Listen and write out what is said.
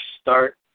start